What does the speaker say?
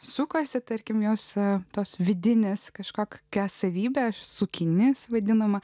sukasi tarkim jose tos vidinės kažkokia savybė sukinys vaidinama